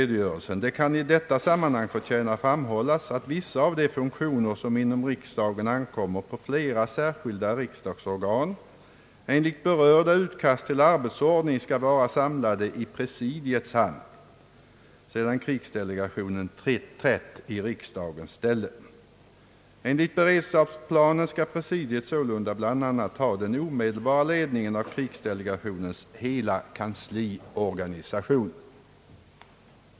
Det kan i detta fall förtjäna framhållas att vissa av de funktioner, som inom riksdagen ankommer på flera skilda riksdagsorgan, enligt berörda utkast till arbetsordning skall vara samlade i presidiets hand, sedan krigsdelegationen trätt i riksdagens ställe. Enligt beredskapsplanen skall presidiet sålunda bl.a. ha den omedelbara ledningen av krigsdelegationens hela kansliorganisation.